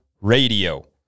Radio